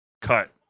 cut